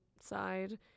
side